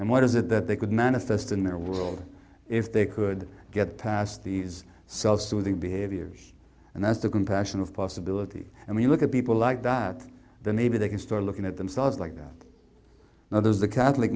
and what is it that they could manifest in their world if they could get past these selves to the behaviors and that's the compassion of possibility and we look at people like that then maybe they can start looking at themselves like that now there's the catholic